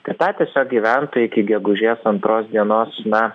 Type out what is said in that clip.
tai tą tiesiog gyventojai iki gegužės antros dienos na